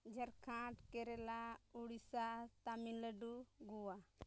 Jharkhand Kerala Odisha Tamil Nadu Goa